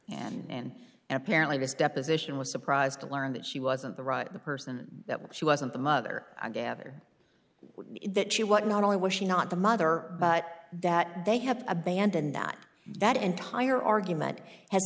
and apparently this deposition was surprised to learn that she wasn't the right person that she wasn't the mother i gather that she what not only was she not the mother but that they have abandoned that that entire argument has